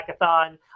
hackathon